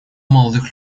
молодых